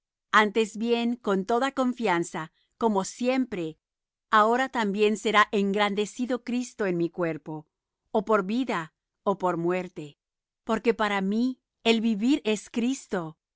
antes bien con toda confianza como siempre ahora también será engrandecido cristo en mi cuerpo ó por vida ó por muerte porque para mí el vivir es cristo